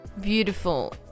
Beautiful